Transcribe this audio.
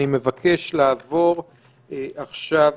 אני מבקש לעבור עכשיו